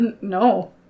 no